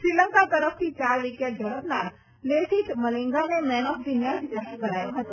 શ્રીલંકા તરફથી ચાર વિકેટ ઝડપનાર લેસિથ મલિંગાને મેન ઓફ ધ મેચ જાહેર કરાયો હતો